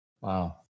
Wow